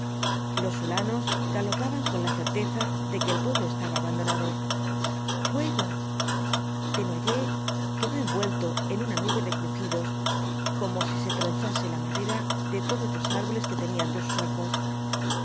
los huíanos galopaban con la certeza de que el pueblo estaba abandonado fuego desnoyers quedó envuelto en una nube de crujidos como si se tronchase la madera de todos los árboles que tenía ante sus ojos